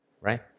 Right